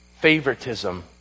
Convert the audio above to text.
Favoritism